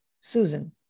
Susan